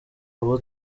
abo